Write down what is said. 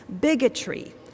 bigotry